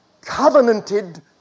covenanted